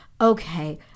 okay